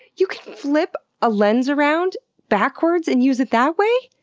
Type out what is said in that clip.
you can flip a lens around backwards and use it that way!